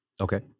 Okay